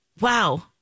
wow